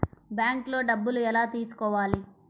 బ్యాంక్లో డబ్బులు ఎలా తీసుకోవాలి?